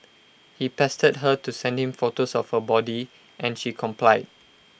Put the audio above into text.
he pestered her to send him photos of her body and she complied